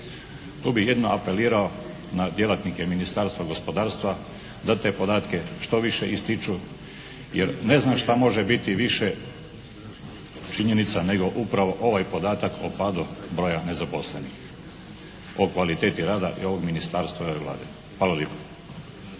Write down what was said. Tu bih jedino apelirao na djelatnike Ministarstva gospodarstva da te podatke što više ističu jer ne znam šta može biti više činjenica nego upravo ovaj podatak o padu broja nezaposlenih. O kvaliteti rada i ovog Ministarstva i ove Vlade. Hvala lijepo.